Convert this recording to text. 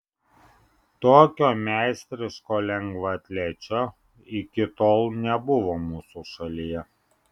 tokio meistriško lengvaatlečio iki tol nebuvo mūsų šalyje